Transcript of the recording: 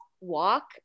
walk